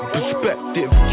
Perspective